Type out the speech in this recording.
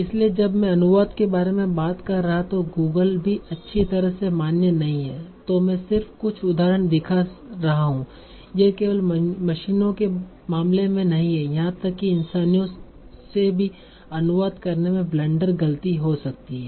इसलिए जब मैं कुछ अनुवाद के बारे में बात कर रहा था जो गूगल भी अच्छी तरह से मान्य नहीं हैं तो मैं सिर्फ कुछ उदाहरण दिखा रहा हूं यह केवल मशीनों के मामले में नहीं है यहां तक कि इंसानों से भी अनुवाद करने में ब्लंडर गलती हो जाती है